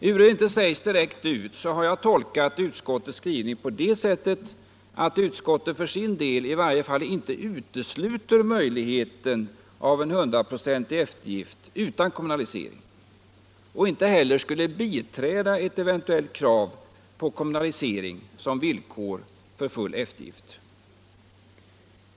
Ehuru det inte sägs direkt ut har jag tolkat utskottets skrivning så, att utskottet för sin del i varje fall inte utesluter möjligheten av en 100 procentig eftergift utan kommunalisering och inte heller skulle biträda ett eventuellt krav på kommunalisering som villkor för full eftergift.